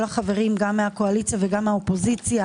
החברים גם מהקואליציה וגם מהאופוזיציה